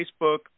Facebook